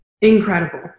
incredible